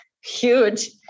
huge